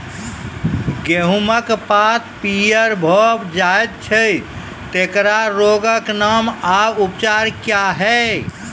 गेहूँमक पात पीअर भअ जायत छै, तेकरा रोगऽक नाम आ उपचार क्या है?